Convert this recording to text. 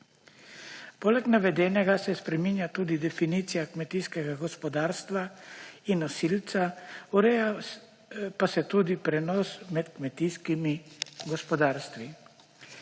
Poleg navedenega se spreminja tudi definicija kmetijskega gospodarstva in nosilca, ureja pa se tudi prenos med kmetijskimi gospodarstvi.